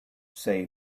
say